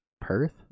Perth